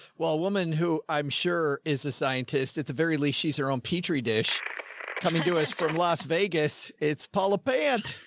well, a woman who i'm sure is a scientist, at the very least, she's her own petri dish coming to us from las vegas. it's paula pant.